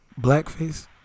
blackface